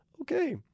Okay